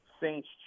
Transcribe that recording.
Saints